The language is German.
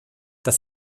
das